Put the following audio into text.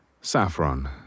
Saffron